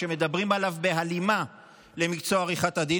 שמדברים עליו בהלימה למקצוע עריכת הדין,